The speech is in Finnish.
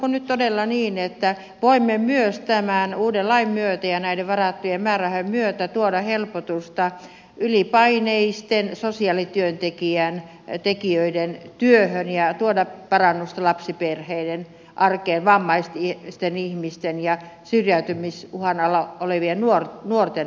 onko nyt todella niin että voimme myös tämän uuden lain myötä ja näiden varattujen määrärahojen myötä tuoda helpotusta ylipaineisten sosiaalityöntekijöiden työhön ja tuoda parannusta lapsiperheiden arkeen vammaisten ihmisten ja syrjäytymisuhan alla olevien nuorten palveluihin